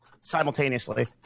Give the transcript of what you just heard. simultaneously